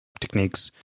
techniques